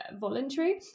voluntary